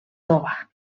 tova